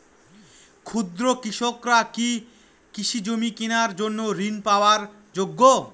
ক্ষুদ্র কৃষকরা কি কৃষি জমি কেনার জন্য ঋণ পাওয়ার যোগ্য?